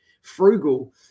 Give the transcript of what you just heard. frugal